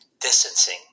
distancing